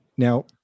Now